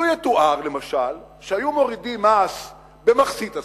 לו יתואר, למשל, שהיו מורידים מס במחצית הסכום,